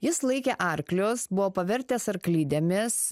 jis laikė arklius buvo pavertęs arklidėmis